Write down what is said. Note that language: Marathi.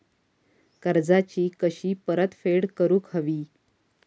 कर्जाची कशी परतफेड करूक हवी?